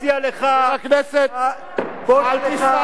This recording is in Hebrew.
אני מציע לך, חבר הכנסת, אל תצעק.